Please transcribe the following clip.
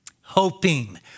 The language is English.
hoping